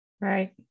Right